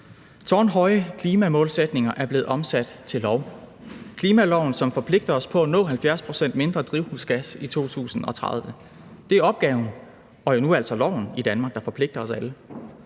Tårnhøje klimamålsætninger er blevet omsat til lov. Klimaloven forpligter os på at nå 70 pct. mindre drivhusgas i 2030. Det er opgaven og jo altså nu loven i Danmark, der forpligter os alle.